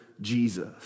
Jesus